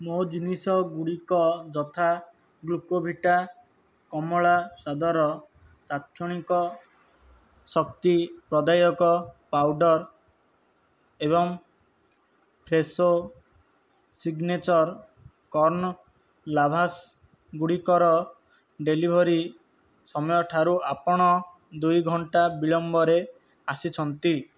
ମୋ ଜିନିଷଗୁଡ଼ିକ ଯଥା ଗ୍ଲୁକୋଭିଟା କମଳା ସ୍ୱାଦର ତାତ୍କ୍ଷଣିକ ଶକ୍ତି ପ୍ରଦାୟକ ପାଉଡର୍ ଏବଂ ଫ୍ରେଶୋ ସିଗ୍ନେଚର୍ କର୍ନ୍ ଲାଭାଶ୍ ଗୁଡ଼ିକର ଡେଲିଭରି ସମୟଠାରୁ ଆପଣ ଦୁଇ ଘଣ୍ଟା ବିଳମ୍ବରେ ଆସିଛନ୍ତି